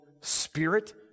spirit